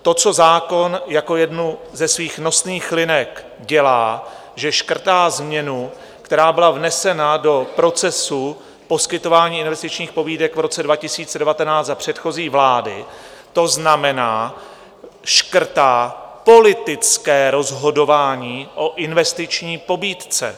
To co zákon jako jednu ze svých nosných linek dělá, že škrtá změnu, která byla vnesena do procesu poskytování investičních pobídek v roce 2019 za předchozí vlády, to znamená, škrtá politické rozhodování o investiční pobídce.